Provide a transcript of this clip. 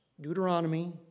Deuteronomy